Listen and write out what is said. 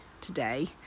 today